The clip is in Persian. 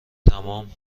تمام